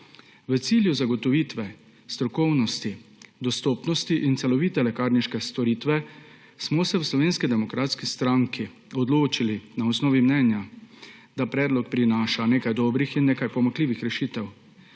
V cilju zagotovitve strokovnosti, dostopnosti in celovite lekarniške storitve smo se v Slovenski demokratski stranki odločili na osnovi mnenja, da predlog prinaša nekaj dobrih in nekaj pomanjkljivih rešitev.